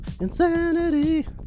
Insanity